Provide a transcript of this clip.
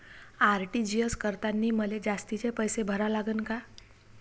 RTGS करतांनी मले जास्तीचे पैसे भरा लागन का?